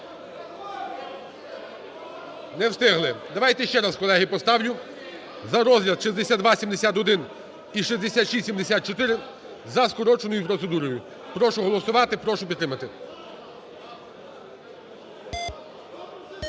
Не встигли. Давайте ще раз, колеги, поставлю за розгляд 6271 і 6674 за скороченою процедурою. Прошу голосувати, прошу підтримати.